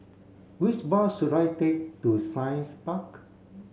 which bus should I take to Science Park